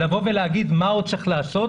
לבוא ולהגיד מה עוד צריך לעשות,